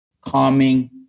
calming